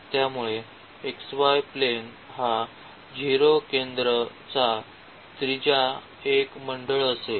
त्यामुळे xy plane हा 0 केंद्रचा त्रिज्या एक मंडळ असेल